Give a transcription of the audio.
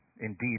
Indeed